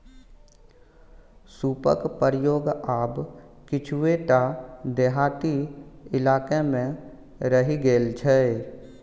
सूपक प्रयोग आब किछुए टा देहाती इलाकामे रहि गेल छै